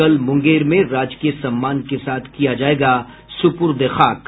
कल मुंगेर में राजकीय सम्मान के साथ किया जायेगा सुपुर्दे खाक